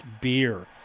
beer